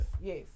yes